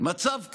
מצב כזה,